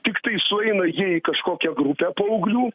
tiktai sueina jie į kažkokią grupę paauglių